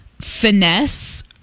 finesse